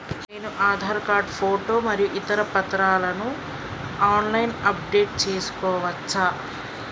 నేను Aadhaar card photo మరియు ఇతర పత్రాలను ఆన్ లైన్ అప్ డెట్ చేసుకోవచ్చా?